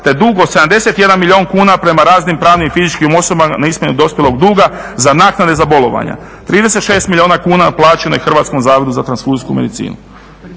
te dug od 71 milijun kuna prema raznim pravnim i fizičkim osobama na iznos dospjelog duga za naknade za bolovanja. 36 milijuna kuna plaćeno je Hrvatskom zavodu za transfuzijsku medicinu.